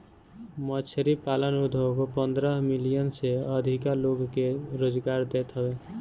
मछरी पालन उद्योग पन्द्रह मिलियन से अधिका लोग के रोजगार देत हवे